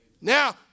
Now